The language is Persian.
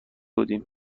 بودیم